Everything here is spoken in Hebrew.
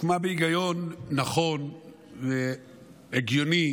הוקמה בהיגיון נכון והגיוני,